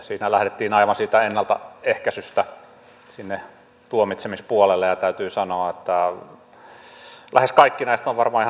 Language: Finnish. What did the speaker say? niissä lähdettiin aivan siitä ennaltaehkäisystä sinne tuomitsemispuolelle ja täytyy sanoa että lähes kaikki näistä ovat varmaan ihan toteuttamiskelpoisia